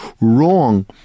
wrong